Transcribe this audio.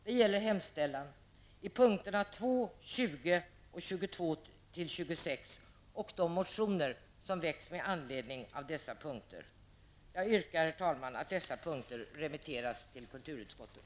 Det gäller hemställan i punkterna 2, 20 Jag yrkar, herr talman, att dessa punkter remitteras till kulturutskottet.